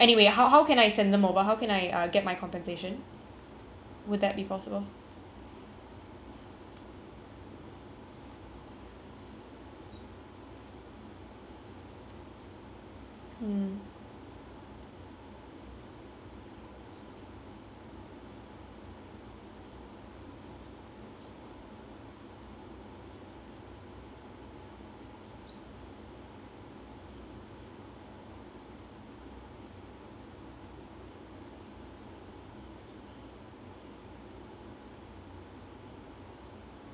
would that be possible mm